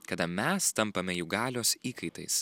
kada mes tampame jų galios įkaitais